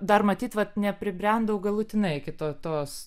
dar matyt vat nepribrendau galutinai iki to tos